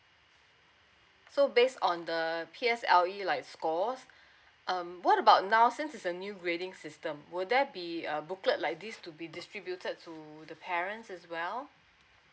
so based on the P_S_L_E like scores um what about now since is a new grading system will there be a booklet like this to be distributed to the parents as well